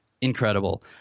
incredible